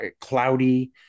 cloudy